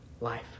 life